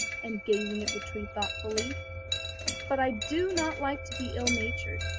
and gazing at the tree thoughtfully but i do not like to be ill-natured,